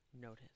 Notice